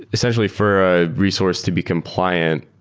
essentially, for a resource to be compliant,